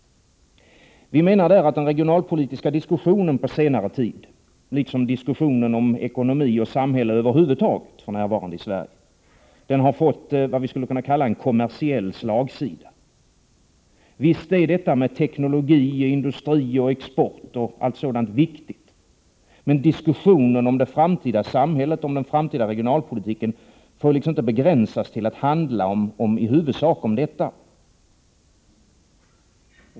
Vi menar att den regionalpolitiska diskussionen på senare tid liksom den diskussion om ekonomi och samhälle över huvud taget som för närvarande förs i Sverige har fått ett slags kommersiell slagsida. Visst är sådant som teknologi, industri och export viktigt, men diskussionen om det framtida samhället och den framtida regionalpolitiken får inte begränsas till att i huvudsak handla om detta.